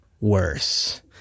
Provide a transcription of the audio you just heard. worse